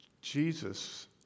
Jesus